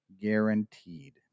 guaranteed